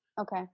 Okay